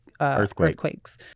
earthquakes